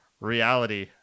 reality